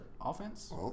offense